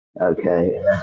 Okay